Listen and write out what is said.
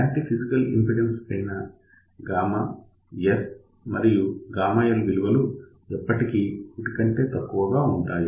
ఎలాంటి physical impedance కైనా gamma S మరియు l విలువలు ఎప్పటికీ 1 కంటే తక్కువగా ఉంటాయి